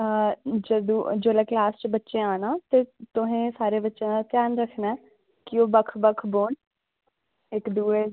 अ जेल्लै कलॉस च बच्चें आना ते तुसें सारें बच्चें दा ध्यान रक्खना की एह् बक्ख बक्ख बौह्न ते इक्क दूऐ गी